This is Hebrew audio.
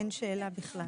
אין שאלה בכלל.